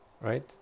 right